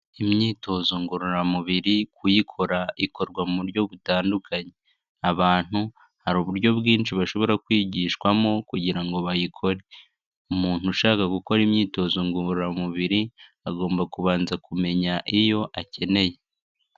Imyitozo ngororamubiri kuyikora ikorwa mu buryo butandukanye, abantu hari uburyo bwinshi bashobora kwigishwamo kugira ngo bayikore, umuntu ushaka gukora imyitozo ngororamubiri agomba kubanza kumenya iyo akeneye.